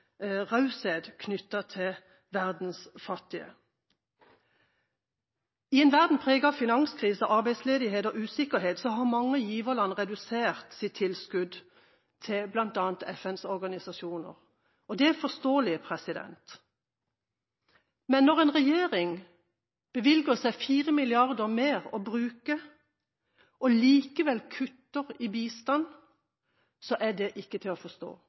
raushet knyttet til verdens fattige. I en verden preget av finanskrise, arbeidsledighet og usikkerhet har mange giverland redusert sitt tilskudd til bl.a. FNs organisasjoner. Det er forståelig, men når en regjering bevilger seg 4 mrd. kr mer å bruke og likevel kutter i bistanden, er det ikke til å forstå,